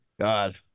God